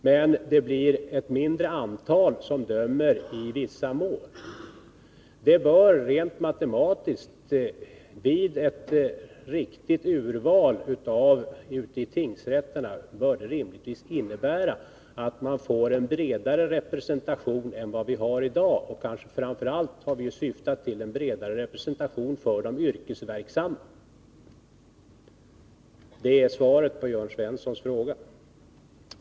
Men det blir ett mindre antal som dömer i vissa mål. Vid ett riktigt urval ute i tingsrätterna bör det rimligtvis rent matematiskt innebära att man får en bredare representation än i dag. Framför allt har vi syftat till en bredare representation för de yrkesverksamma. Det är svaret på Jörn Svenssons fråga.